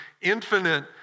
infinite